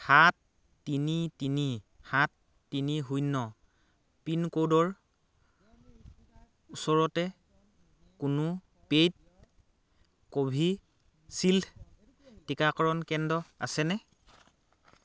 সাত তিনি তিনি সাত তিনি শূন্য পিনক'ডৰ ওচৰতে কোনো পে'ইড কোভিচিল্ড টিকাকৰণ কেন্দ্ৰ আছেনে